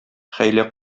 хәйлә